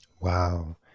Wow